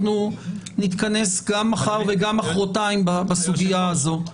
אנחנו נתכנס גם מחר וגם מחרתיים בסוגיה הזאת.